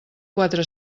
quatre